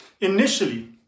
Initially